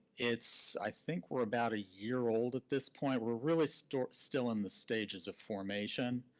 it's i think, we're about a year old at this point. we're really still still in the stages of formation.